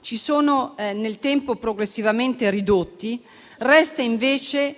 si sono nel tempo progressivamente ridotti, resta invece